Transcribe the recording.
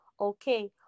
Okay